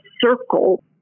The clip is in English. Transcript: circle